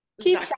keep